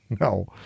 No